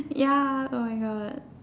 ya oh my God